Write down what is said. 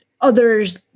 others